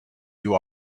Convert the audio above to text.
you